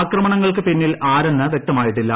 ആക്രമണങ്ങൾക്ക് പിന്നിൽ ആരെന്ന് വൃക്തമായിട്ടില്ല